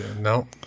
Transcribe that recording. No